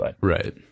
Right